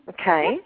okay